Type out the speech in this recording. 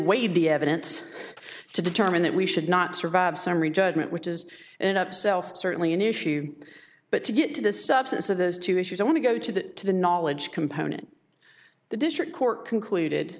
weighed the evidence to determine that we should not survive summary judgment which is an up self certainly an issue but to get to the substance of those two issues i want to go to that to the knowledge component the district court concluded